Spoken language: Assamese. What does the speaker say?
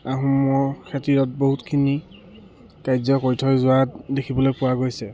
আহোমৰ বহুতখিনি কাৰ্য কৰি থৈ যোৱা দেখিবলৈ পোৱা গৈছে